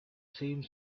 same